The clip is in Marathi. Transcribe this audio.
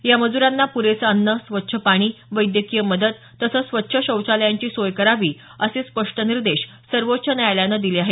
या मजुरांना पुरेसं अन्न स्वच्छ पाणी वैद्यकीय मदत तसंच स्वच्छ शौचालयांची सोय करावी असे स्पष्ट निर्देश सर्वोच्च न्यायालयानं दिले आहेत